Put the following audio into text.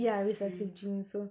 ya recessive genes so